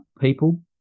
people